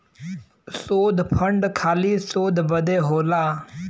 शोध फंड खाली शोध बदे होला